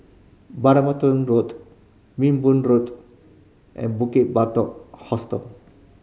Road Minbu Road and Bukit Batok Hostel